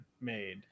made